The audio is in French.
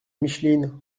micheline